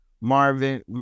Marvin